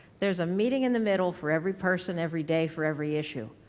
there's a meeting in the middle for every person, every day, for every issue.